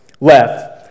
left